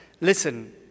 listen